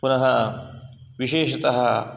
पुनः विशेषतः